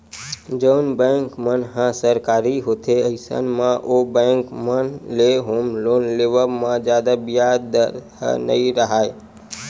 जउन बेंक मन ह सरकारी होथे अइसन म ओ बेंक मन ले होम लोन के लेवब म जादा बियाज दर ह नइ राहय